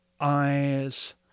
eyes